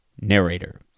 Narrator